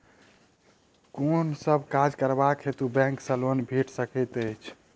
केँ सब काज करबाक हेतु बैंक सँ लोन भेटि सकैत अछि?